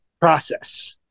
process